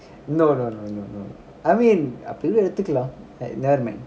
no no no no no I mean அப்டியேஎடுத்துக்கலாம்என்னா:apdiyo eduthukkalam ennaa man